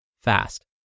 fast